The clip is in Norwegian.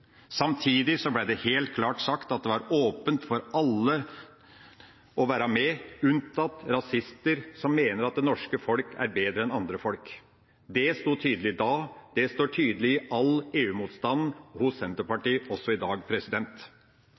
det helt klart sagt at det var åpent for alle å være med, unntatt rasister, som mener at det norske folket er bedre enn andre folk. Det sto tydelig da, og det står tydelig i all EU-motstand hos Senterpartiet også i dag.